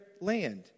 land